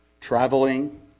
traveling